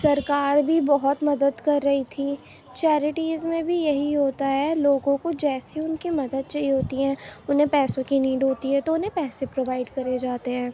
سرکار بھی بہت مدد کر رہی تھی چیریٹیز میں بھی یہی ہوتا ہے لوگوں کو جیسی ان کی مدد چاہیے ہوتی ہے انہیں پیسوں کی نیڈ ہوتی ہے تو انہیں پیسے پرووائڈ کرے جاتے ہیں